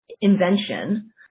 invention